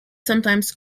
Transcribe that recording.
sometimes